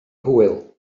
hwyl